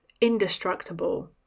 indestructible